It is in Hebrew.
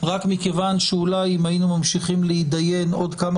רק כיוון שאולי אם היינו ממשיכים להידיין עוד כמה